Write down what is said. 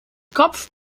kopf